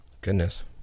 Goodness